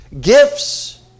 Gifts